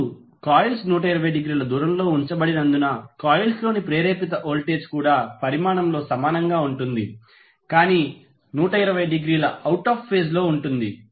ఇప్పుడు కాయిల్స్ 120 డిగ్రీల దూరంలో ఉంచబడినందున కాయిల్స్లోని ప్రేరేపిత వోల్టేజ్ కూడా పరిమాణంలో సమానంగా ఉంటుంది కాని 120 డిగ్రీల అవుట్ ఆఫ్ ఫేజ్ లో ఉంటుంది